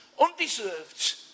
Undeserved